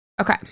Okay